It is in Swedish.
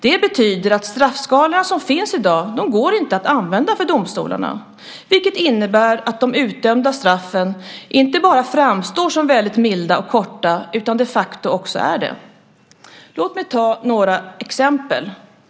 Det betyder att straffskalorna som finns i dag inte går att använda för domstolarna. Det innebär att de utdömda straffen inte bara framstår som väldigt milda och korta utan de facto också är det. Låt mig ta några exempel.